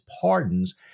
pardons